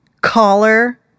collar